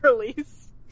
release